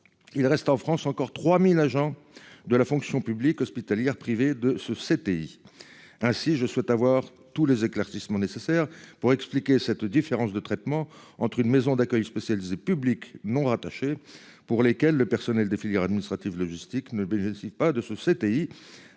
Il reste en France encore 3000 agents de la fonction publique hospitalière privée de ce ces pays ainsi je souhaite avoir tous les éclaircissements nécessaires pour expliquer cette différence de traitement entre une maison d'accueil spécialisée public non rattachés pour lesquels le personnel des filières administratives, logistiques Nobel. Je ne suis pas de ce 7